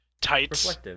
tights